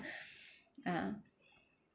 ah